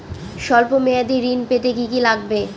সল্প মেয়াদী ঋণ পেতে কি কি লাগবে?